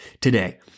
today